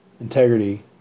integrity